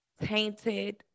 tainted